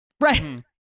right